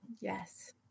yes